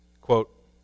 quote